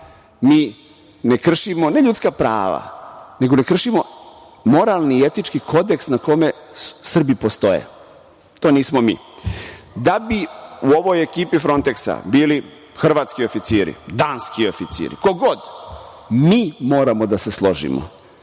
mi ne kršimo ne ljudska prava, nego ne kršimo moralni i etički kodeks na kome Srbi postoje. To nismo mi. Da bi u ovoj ekipi Fronteksa bili hrvatski oficiri, danski oficiri, ko god, mi moramo da se složimo.